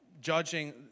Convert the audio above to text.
judging